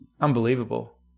Unbelievable